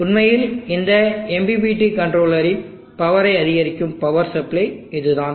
உண்மையில் இந்த MPPT கண்ட்ரோலரின் பவரை அதிகரிக்கும் பவர் சப்ளை இதுதான்